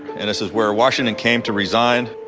and this is where washington came to resign.